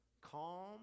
calm